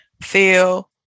feel